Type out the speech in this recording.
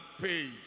page